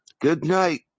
Goodnight